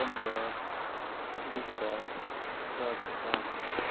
Punjab Gujarat Rajasthan